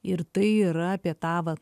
ir tai yra apie tą va